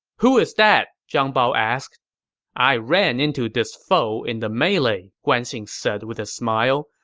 who is that? zhang bao asked i ran into this foe in the melee, guan xing said with a smile,